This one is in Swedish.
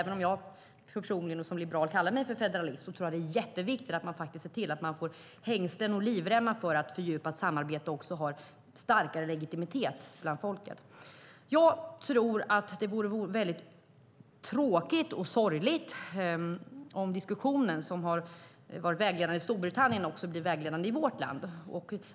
Även jag, som personligen och som liberal kallar mig för federalist, tror att det är jätteviktigt att man ser till att ha hängslen och livrem när det gäller att ett fördjupat samarbete också ska ha starkare legitimitet bland folket. Jag tror att det vore tråkigt och sorgligt om diskussionen som har varit vägledande i Storbritannien också blir vägledande i vårt land.